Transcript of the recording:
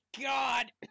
God